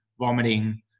vomiting